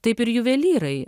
taip ir juvelyrai